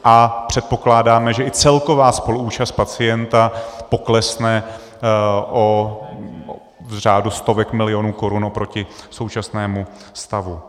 A předpokládáme, že i celková spoluúčast pacienta poklesne o v řádu stovek milionů korun oproti současnému stavu.